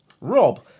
Rob